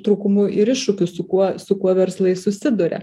trūkumų ir iššūkių su kuo su kuo verslai susiduria